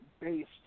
based